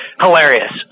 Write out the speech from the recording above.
hilarious